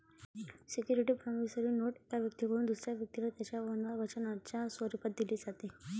security promissory note एका व्यक्तीकडून दुसऱ्या व्यक्तीला त्याच्या वचनाच्या स्वरूपात दिली जाते